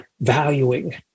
valuing